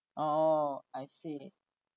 oh I see